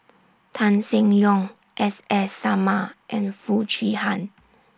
Tan Seng Yong S S Sarma and Foo Chee Han